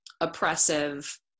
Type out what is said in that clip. oppressive